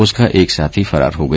उसका एक साथी फरार हो गया